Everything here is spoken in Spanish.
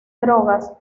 drogas